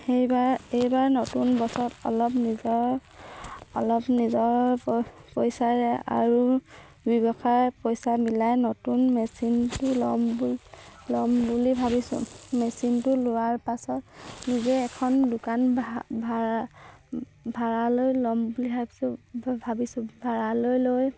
সেইবাৰ এইবাৰ নতুন বছত অলপ নিজৰ অলপ নিজৰ পইচাৰে আৰু ব্যৱসায় পইচা মিলাই নতুন মেচিনটো ল'ম বুলি ল'ম বুলি ভাবিছোঁ মেচিনটো লোৱাৰ পাছত নিজে এখন দোকান ভাড়া ভাড়ালৈ ল'ম বুলি ভাবিছোঁ ভাবিছোঁ ভাড়ালৈ লৈ